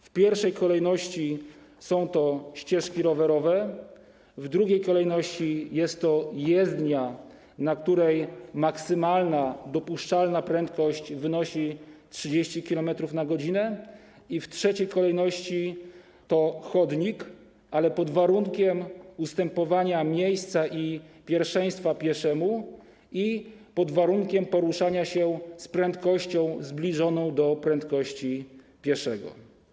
W pierwszej kolejności są to ścieżki rowerowe, w drugiej kolejności jest to jezdnia, na której maksymalna dopuszczalna prędkość wynosi 30 km/h, i w trzeciej kolejności to chodnik, ale pod warunkiem ustępowania miejsca i pierwszeństwa pieszemu i pod warunkiem poruszania się z prędkością zbliżoną do prędkości pieszego.